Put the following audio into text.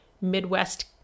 Midwest